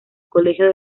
colegio